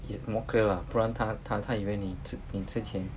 it's more clear lah 不然她她她以为你吃你吃钱